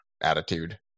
attitude